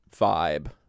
vibe